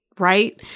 right